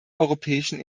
europäischen